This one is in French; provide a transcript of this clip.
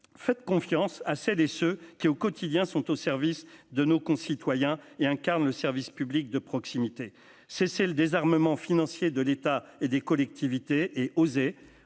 faites confiance à celles et ceux qui au quotidien sont au service de nos concitoyens et incarne le service public de proximité, c'est, c'est le désarmement financier de l'État et des collectivités et osez,